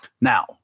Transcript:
Now